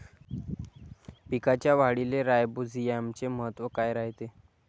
पिकाच्या वाढीले राईझोबीआमचे महत्व काय रायते?